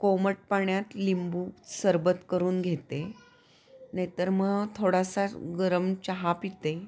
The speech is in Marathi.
कोमट पाण्यात लिंबू सरबत करून घेते नाही तर मग थोडासा गरम चहा पिते